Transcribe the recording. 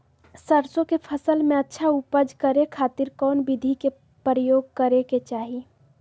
सरसों के फसल में अच्छा उपज करे खातिर कौन विधि के प्रयोग करे के चाही?